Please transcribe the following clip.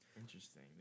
Interesting